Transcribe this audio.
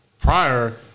Prior